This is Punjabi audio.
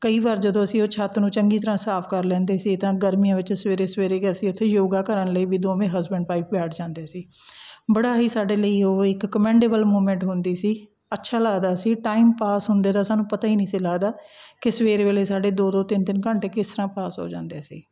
ਕਈ ਵਾਰ ਜਦੋਂ ਅਸੀਂ ਉਹ ਛੱਤ ਨੂੰ ਚੰਗੀ ਤਰ੍ਹਾਂ ਸਾਫ਼ ਕਰ ਲੈਂਦੇ ਸੀ ਤਾਂ ਗਰਮੀਆਂ ਵਿੱਚ ਸਵੇਰੇ ਸਵੇਰੇ ਅਸੀਂ ਉੱਥੇ ਯੋਗਾ ਕਰਨ ਲਈ ਵੀ ਦੋਵੇਂ ਹਸਬੈਂਡ ਵਾਈਫ਼ ਬੈਠ ਜਾਂਦੇ ਸੀ ਬੜਾ ਹੀ ਸਾਡੇ ਲਈ ਉਹ ਇੱਕ ਕਮੈਂਡੇਬਲ ਮੋਮੈਂਟ ਹੁੰਦੀ ਸੀ ਅੱਛਾ ਲੱਗਦਾ ਸੀ ਟਾਈਮ ਪਾਸ ਹੁੰਦੇ ਦਾ ਸਾਨੂੰ ਪਤਾ ਹੀ ਨਹੀਂ ਸੀ ਲੱਗਦਾ ਕਿ ਸਵੇਰੇ ਵੇਲੇ ਸਾਡੇ ਦੋ ਦੋ ਤਿੰਨ ਤਿੰਨ ਘੰਟੇ ਕਿਸ ਤਰ੍ਹਾਂ ਪਾਸ ਹੋ ਜਾਂਦੇ ਸੀ